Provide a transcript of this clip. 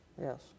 Yes